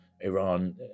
iran